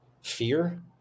fear